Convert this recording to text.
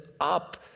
up